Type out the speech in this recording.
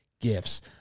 gifts